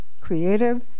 creative